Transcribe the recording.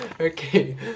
okay